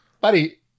Buddy